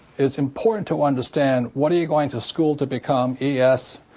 it's important to understand what are you going to school to become e, s,